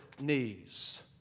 knees